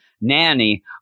Nanny